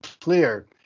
clear